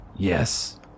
Yes